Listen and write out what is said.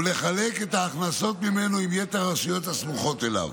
ולחלק את ההכנסות עם יתר הרשויות הסמוכות אליו.